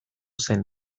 zen